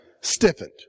stiffened